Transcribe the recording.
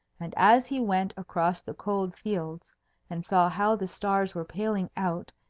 and as he went across the cold fields and saw how the stars were paling out,